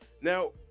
Now